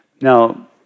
Now